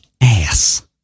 Ass